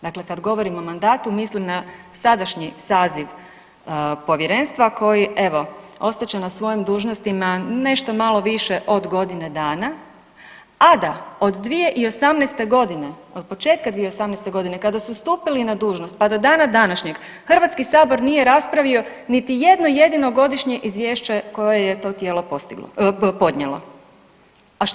Dakle kad govorim o mandatu, mislim na sadašnji saziv povjerenstva koji evo, ostat će na svojim dužnostima nešto malo više od godine dana, a da od 2018. godine, od početka 2018. godine kada su stupili na dužnost pa do dana današnjeg, Hrvatski sabor nije raspravio niti jedno jedino godišnje izvješće koje je to tijelo postiglo, podnijelo.